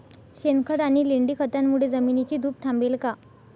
शेणखत आणि लेंडी खतांमुळे जमिनीची धूप थांबेल का?